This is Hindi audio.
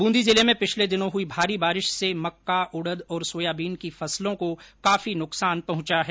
बूंदी जिले में पिछले दिनो हुई भारी बारिश से मक्का उड़द और सोयाबीन की फसलो को काफी नुकसान पहुंचा है